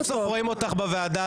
סוף-סוף רואים אותך בוועדה הזאת.